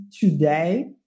today